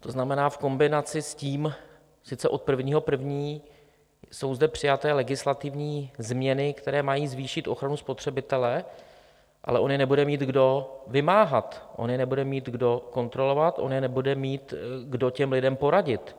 To znamená v kombinaci s tím, sice od 1. 1. jsou zde přijaté legislativní změny, které mají zvýšit ochranu spotřebitele, ale on je nebude mít kdo vymáhat, on je nebude mít kdo kontrolovat, on nebude mít kdo těm lidem poradit.